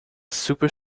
super